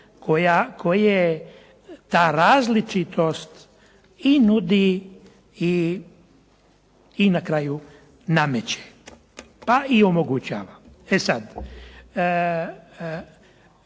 koje ta različitost i nudi i na kraju nameće, pa i omogućava. E sad,